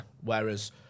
Whereas